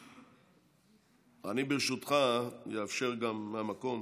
אני, ברשותך, אאפשר גם מהמקום